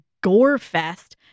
gore-fest